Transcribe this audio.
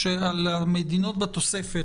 נאמר שהמדינות שבתוספת,